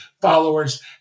followers